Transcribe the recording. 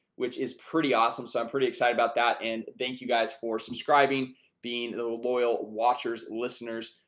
which is pretty awesome. so i'm pretty excited about that. and thank you guys for subscribing being a little oil watchers listeners.